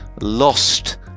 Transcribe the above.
lost